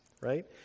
right